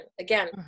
Again